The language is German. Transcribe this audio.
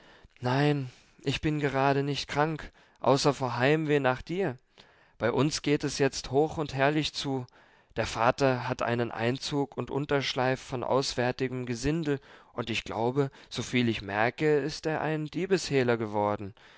nein ich bin gerade nicht krank außer vor heimweh nach dir bei uns geht es jetzt hoch und herrlich zu der vater hat einen einzug und unterschleif von auswärtigem gesindel und ich glaube soviel ich merke ist er ein diebeshehler geworden